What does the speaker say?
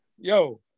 Yo